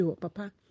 papa